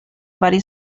vari